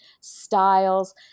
styles